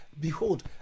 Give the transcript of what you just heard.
behold